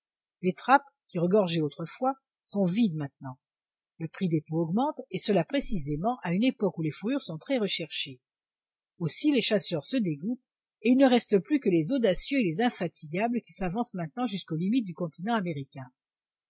les trappes qui regorgeaient autrefois sont vides maintenant le prix des peaux augmente et cela précisément à une époque où les fourrures sont très recherchées aussi les chasseurs se dégoûtent et il ne reste plus que les audacieux et les infatigables qui s'avancent maintenant jusqu'aux limites du continent américain